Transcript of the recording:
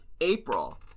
April